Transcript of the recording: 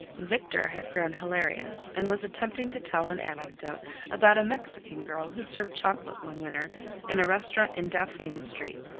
victor had grown hilarious, and was attempting to tell an anecdote about a mexican girl who served chocolate one winter in a restaurant in dauphine street.